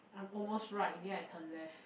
I'm almost right in the end I turn left